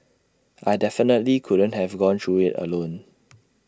I definitely couldn't have gone through IT alone